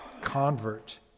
convert